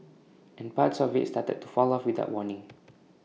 and parts of IT started to fall off without warning